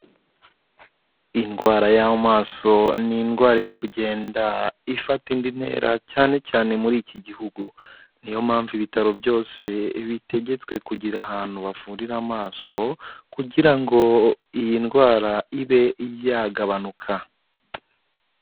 Indwara y'amaso ni indwara iri kugenda ifata indi ntera cyane cyane muri iki gihugu, niyo mpamvu ibitaro byose bitegetswe kugira ahantu bavurira amaso kugira ngo iyi ndwara ibe yagabanuka.